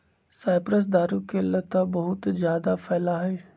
cypress दारू के लता बहुत जादा फैला हई